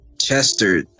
Chester